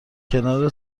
کنار